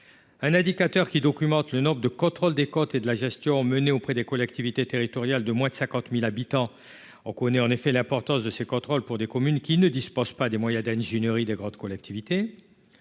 indicateur documenterait le nombre de contrôles des comptes et de la gestion menés auprès des collectivités territoriales de moins de 50 000 habitants. On connaît, en effet, l'importance de ces contrôles pour des communes qui ne disposent pas des moyens d'ingénierie des grandes collectivités.